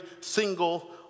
single